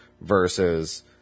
versus